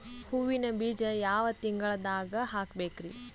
ಹೂವಿನ ಬೀಜ ಯಾವ ತಿಂಗಳ್ದಾಗ್ ಹಾಕ್ಬೇಕರಿ?